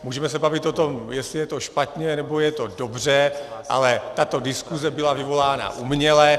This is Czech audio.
Můžeme se bavit o tom, jestli je to špatně, nebo je to dobře, ale tato diskuze byla vyvolána uměle.